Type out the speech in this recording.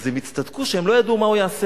אז הם הצטדקו שהם לא ידעו מה הוא יעשה,